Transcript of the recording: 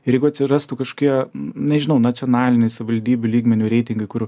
ir jeigu atsirastų kažkokie nežinau nacionaliniai savivaldybių lygmeniu reitingai kur